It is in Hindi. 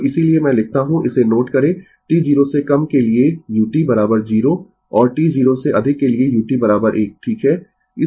तो इसीलिए मैं लिखता हूं इसे नोट करें t 0 से कम के लिए u 0 और t 0 से अधिक के लिए u 1 ठीक है